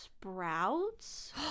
sprouts